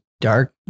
dark